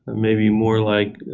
maybe more like